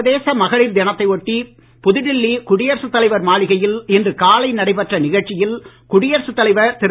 சர்வதேச மகளிர் தினத்தை ஒட்டி புதுடெல்லி குடியரசுத் தலைவர் மாளிகையில் இன்று காலை நடைபெற்ற நிகழ்ச்சியில் குடியரசுத் தலைவர் திரு